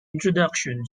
introduction